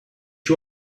you